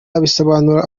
abisobanura